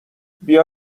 بیا